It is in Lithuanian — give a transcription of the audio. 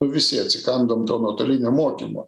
nu visi atsikandom to nuotolinio mokymo